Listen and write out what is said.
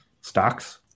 stocks